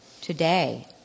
today